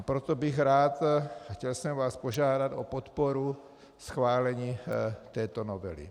Proto bych rád a chtěl jsem vás požádat o podporu schválení této novely.